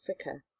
Africa